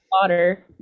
water